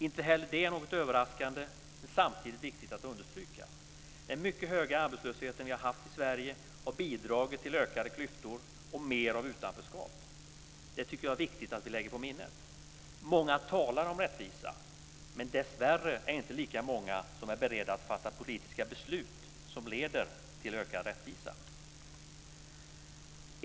Inte heller det är något överraskande, men samtidigt viktigt att understryka. Den mycket höga arbetslöshet vi har haft i Sverige har bidragit till ökade klyftor och mer av utanförskap. Det tycker jag är viktigt att vi lägger på minnet. Många talar om rättvisa, men dessvärre är det inte lika många som är beredda att fatta politiska beslut som leder till ökad rättvisa.